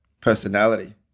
personality